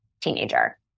teenager